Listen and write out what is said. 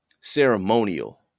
ceremonial